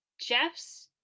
jeff's